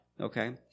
Okay